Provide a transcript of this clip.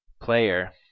player